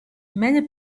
many